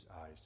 eyes